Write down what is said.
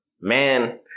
man